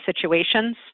situations